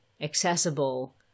accessible